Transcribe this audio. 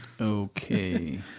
okay